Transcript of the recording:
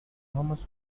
enormous